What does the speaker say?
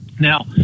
Now